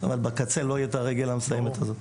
אבל בקצה לא תהיה הרגל המסיימת הזאת.